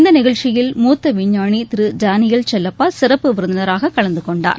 இந்த நிகழ்ச்சியில் மூத்த விஞ்ஞானி திரு டேனியல் செல்லப்பா சிறப்பு விருந்தினராக கலந்துகொண்டார்